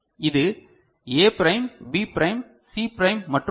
இது A prime B prime C prime மற்றும் D